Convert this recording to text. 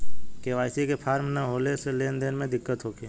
KYC के form न होले से लेन देन में दिक्कत होखी?